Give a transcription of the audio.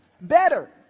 Better